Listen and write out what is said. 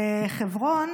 בחברון